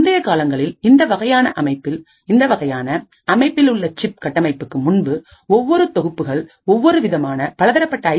முந்தைய காலங்களில் இந்த வகையான அமைப்பில் உள்ள சிப் கட்டமைப்புக்கு முன்பு ஒவ்வொரு தொகுப்புகள் ஒவ்வொரு விதமான பலதரப்பட்ட ஐ